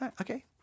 Okay